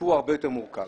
הסיפור הרבה יותר מורכב.